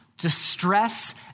distress